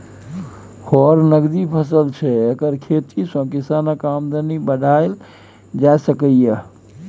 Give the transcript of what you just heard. फर नकदी फसल छै एकर खेती सँ किसानक आमदनी बढ़ाएल जा सकैए